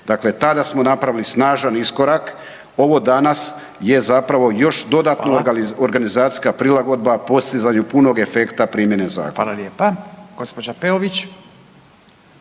Dakle, tada smo napravili snažan iskorak, ovo danas je zapravo još dodatno organizacijska prilagodba u postizanju puno efekta primjene zakona. **Radin, Furio